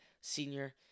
senior